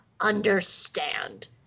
understand